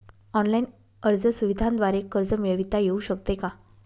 Online अर्ज सुविधांद्वारे कर्ज मिळविता येऊ शकते का?